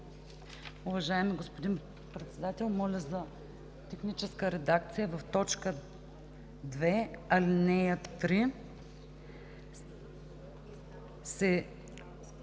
Уважаеми господин Председател, моля за техническа редакция: „2. Алинея 3